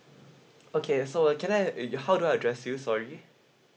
okay so uh can I have eh how do I address you sorry